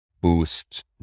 boost